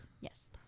Yes